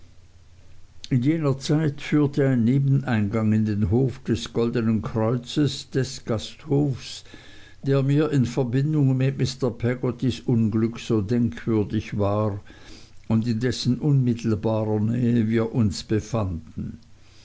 jener zeit führte ein nebeneingang in den hof des goldnen kreuzes des gasthofs der mir in verbindung mit mr peggottys unglück so denkwürdig war und in dessen unmittelbarer nähe wir uns befanden